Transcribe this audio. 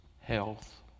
health